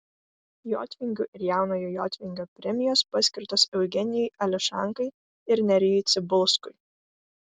jotvingių ir jaunojo jotvingio premijos paskirtos eugenijui ališankai ir nerijui cibulskui